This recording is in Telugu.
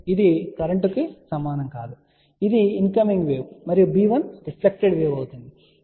కాబట్టి ఇది కరెంటు కు సమానం కాదు ఇది ఇన్కమింగ్ వేవ్ మరియు b1 రిఫ్లెక్టెడ్ వేవ్ అవుతుంది